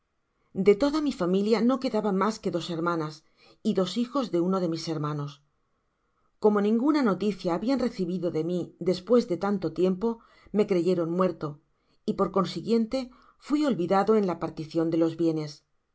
de toda mi familia no quedaban mas que dos hermanas y dos hijos de uno de mis hermanos como ninguna noticia habian recibido de mi despues de tanto tiempo me creyeron muerto y por consiguiente fui olvidado en la particion de los bienes